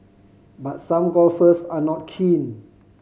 but some golfers are not keen